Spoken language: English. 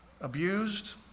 abused